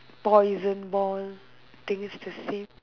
poison ball things to sit